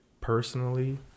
personally